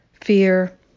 fear